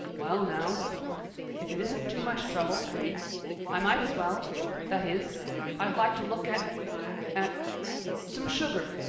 well now if it isn't too much trouble i might as well that is i'd like to look at at some sugar.